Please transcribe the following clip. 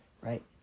Right